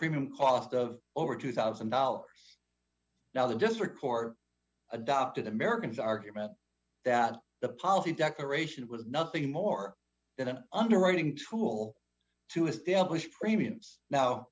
premium cost of over two thousand dollars now than just record adopted americans argument that the policy declaration was nothing more than an underwriting tool to establish premiums now